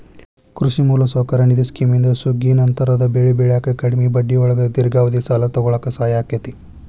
ಕೃಷಿ ಮೂಲಸೌಕರ್ಯ ನಿಧಿ ಸ್ಕಿಮ್ನಿಂದ ಸುಗ್ಗಿನಂತರದ ಬೆಳಿ ಬೆಳ್ಯಾಕ ಕಡಿಮಿ ಬಡ್ಡಿಯೊಳಗ ದೇರ್ಘಾವಧಿ ಸಾಲ ತೊಗೋಳಾಕ ಸಹಾಯ ಆಕ್ಕೆತಿ